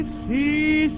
see